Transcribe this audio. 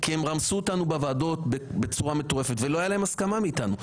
כי הם רמסו אותנו בוועדות בצורה מטורפת ולא היתה להם הסכמה מאיתנו.